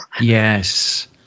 Yes